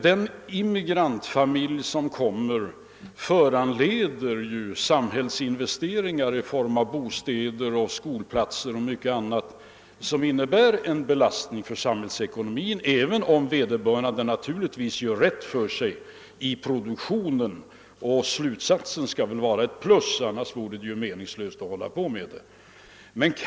Den immigrantfamilj som kommer hit föranleder ju samhällsinvesteringar i form av bostäder, skolplatser och mycket annat, vilket innebär en belastning för samhällsekonomin, även om vederbörande naturligtvis gör rätt för sig i produktionen, så att slutresultatet blir ett plus. Annars vore det ju meningslöst att hålla på med import av arbetskraft.